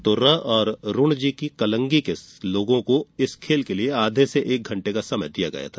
तुर्रा और रूणजी की कलंगी के लोगों को इस खेल के लिए आधे से एक घंटे का समय दिया गया था